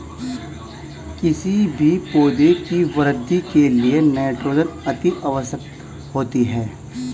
किसी भी पौधे की वृद्धि के लिए नाइट्रोजन अति आवश्यक होता है